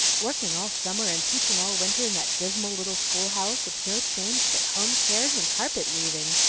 working all summer and teaching all winter in that dismal little school-house, with no change but home cares and carpet-weaving!